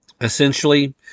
Essentially